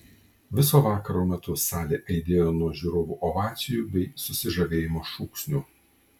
viso vakaro metu salė aidėjo nuo žiūrovų ovacijų bei susižavėjimo šūksnių